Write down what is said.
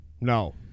No